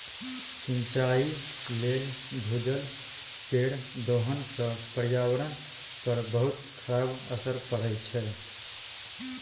सिंचाइ लेल भूजल केर दोहन सं पर्यावरण पर बहुत खराब असर पड़ै छै